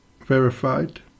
verified